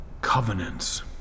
Covenants